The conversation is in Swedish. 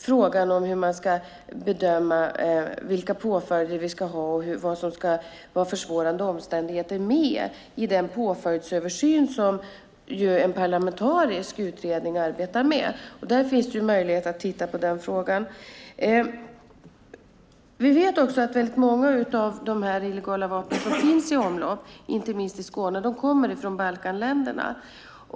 Frågan om hur man ska bedöma vilka påföljder vi ska ha och vad som ska vara försvårande omständigheter finns däremot med i den påföljdsöversyn som en parlamentarisk utredning arbetar med. Där finns det möjlighet att se på den frågan. Vi vet också att många av de illegala vapen som finns i omlopp, inte minst i Skåne, kommer från Balkanländerna.